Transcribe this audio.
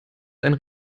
ein